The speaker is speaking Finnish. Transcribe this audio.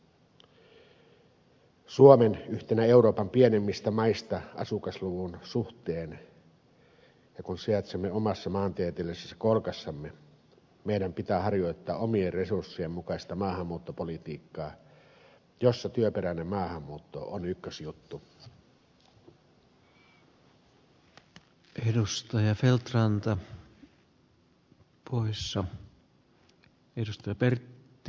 suomi on yksi euroopan pienimmistä maista asukasluvun suhteen ja kun sijaitsemme omassa maantieteellisessä kolkassamme meidän pitää harjoittaa omien resurssiemme mukaista maahanmuuttopolitiikkaa jossa työperäinen maahanmuutto on ykkösjuttu